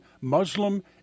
Muslim